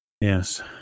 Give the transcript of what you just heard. Yes